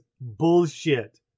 bullshit